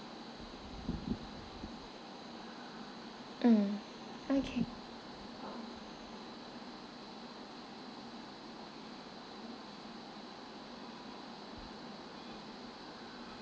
mm okay